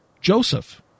Joseph